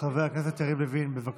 חבר הכנסת יריב לוין, בבקשה.